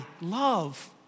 love